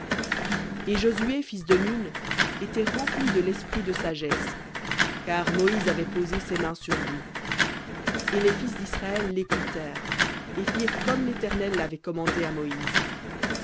et josué fils de nun était rempli de l'esprit de sagesse car moïse avait posé ses mains sur lui et les fils d'israël l'écoutèrent et firent comme l'éternel l'avait commandé à moïse